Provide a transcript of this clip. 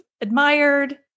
admired